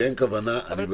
זה שאין כוונה אני בטוח,